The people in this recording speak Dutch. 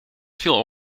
viel